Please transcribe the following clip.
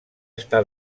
està